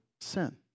sin